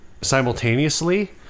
simultaneously